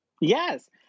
Yes